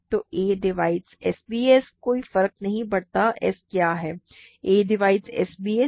तो a divides sbc कोई फर्क नहीं पड़ता s क्या है a डिवाइड्स sbc है